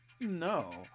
No